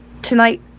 tonight